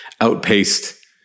outpaced